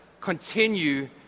continue